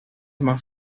más